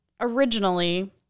originally